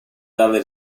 dalle